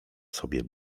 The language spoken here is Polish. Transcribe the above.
sobie